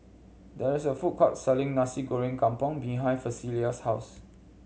there is a food court selling Nasi Goreng Kampung behind Felicia's house